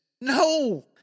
No